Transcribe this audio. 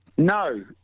No